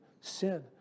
sin